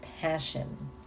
passion